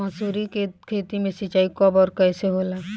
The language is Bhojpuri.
मसुरी के खेती में सिंचाई कब और कैसे होला?